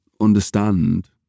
understand